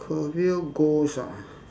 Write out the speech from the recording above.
career goals ah